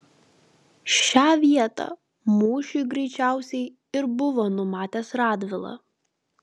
šią vietą mūšiui greičiausiai ir buvo numatęs radvila